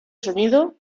sonido